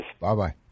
Bye-bye